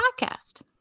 podcast